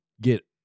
get